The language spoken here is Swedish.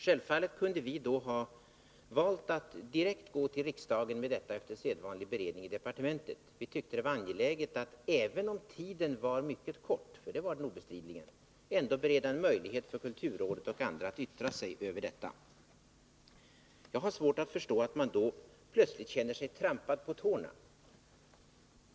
Självfallet kunde vi då ha valt att direkt gå till riksdagen efter sedvanlig beredning i departementet. Vi tyckte emellertid att det var angeläget att även om tiden var mycket kort — det var den obestridligen — ändå bereda kulturrådet och andra möjlighet att yttra sig över detta. Jag har svårt att förstå att man då plötsligt känner sig trampad på tårna.